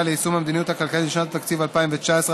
ליישום המדיניות הכלכלית לשנת התקציב 2019),